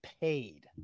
paid